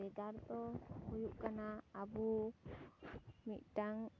ᱵᱷᱮᱜᱟᱨ ᱫᱚ ᱦᱩᱭᱩᱜ ᱠᱟᱱᱟ ᱟᱵᱚ ᱢᱤᱫᱴᱟᱝ